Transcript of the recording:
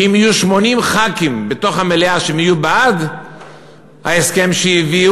שאם יהיו במליאה 80 חברי כנסת שיהיו בעד ההסכם שהובא,